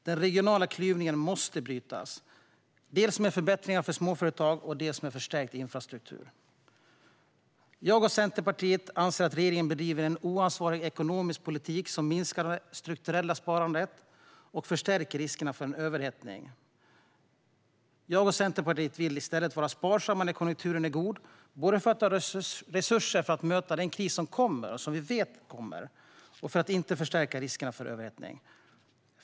Den regionala klyvningen måste brytas, dels med förbättringar för småföretag och dels med förstärkt infrastruktur. Jag och Centerpartiet anser att regeringen bedriver en oansvarig ekonomisk politik som minskar det strukturella sparandet och förstärker riskerna för överhettning. Vi vill i stället vara sparsamma när konjunkturen är god, både för att ha resurser att möta den kris som vi vet kommer och för att inte förstärka riskerna för överhettning.